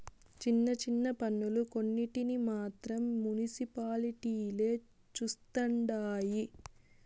చిన్న చిన్న పన్నులు కొన్నింటిని మాత్రం మునిసిపాలిటీలే చుస్తండాయి